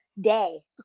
day